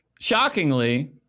shockingly